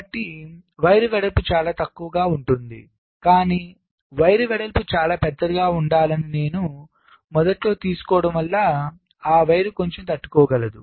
కాబట్టి వైర్ వెడల్పు చాలా తక్కువగా ఉంటుంది కాని వైర్ వెడల్పు చాలా పెద్దదిగా ఉండాలని నేను మొదట్లో తీసుకోవడం వల్ల ఆ వైరు కొంచెం తట్టుకోగలదు